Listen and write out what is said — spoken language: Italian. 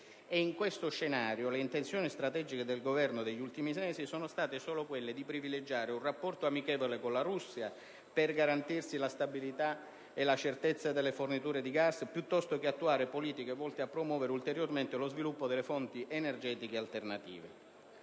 In questo scenario le intenzioni strategiche del Governo, negli ultimi mesi, sono state solo quelle di privilegiare un rapporto amichevole con la Russia per garantirsi la stabilità e la certezza delle forniture di gas, piuttosto che attuare politiche volte a promuovere ulteriormente lo sviluppo delle fonti energetiche alternative.